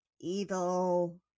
evil